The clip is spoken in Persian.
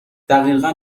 دقیقا